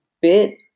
bit